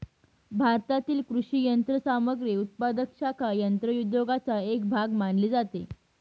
भारतातील कृषी यंत्रसामग्री उत्पादक शाखा यंत्र उद्योगाचा एक भाग मानली जाते